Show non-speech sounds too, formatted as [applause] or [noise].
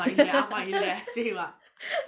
[noise]